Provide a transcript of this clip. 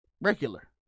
Regular